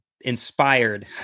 inspired